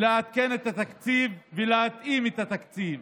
לעדכן את התקציב ולהתאים את התקציב,